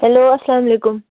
hello اسلام علیکُم